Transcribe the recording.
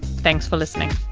thanks for listening